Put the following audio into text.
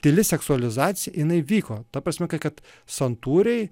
tyli seksualizacija jinai vyko ta prasme kad santūriai